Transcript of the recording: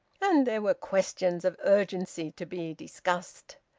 and there were questions of urgency to be discussed.